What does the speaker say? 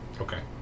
Okay